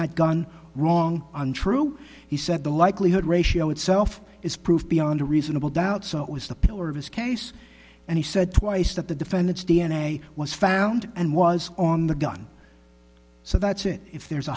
that gun wrong untrue he said the likelihood ratio itself is proof beyond a reasonable doubt so it was the pillar of his case and he said twice that the defendant's d n a was found and was on the gun so that's it if there's a